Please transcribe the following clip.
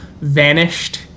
vanished